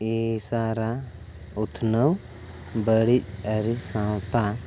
ᱤᱥᱟᱨᱟ ᱩᱛᱷᱱᱟᱹᱣ ᱵᱟᱲᱤᱡ ᱟᱨᱤ ᱥᱟᱶᱛᱟ